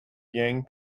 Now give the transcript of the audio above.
yang